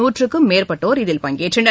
நூற்றுக்கும் மேற்பட்டோர் இதில் பங்கேற்றனர்